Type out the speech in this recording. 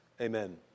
amen